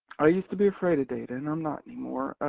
i used to be afraid of data and i'm not anymore.